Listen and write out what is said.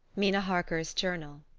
mina harker's journal.